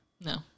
no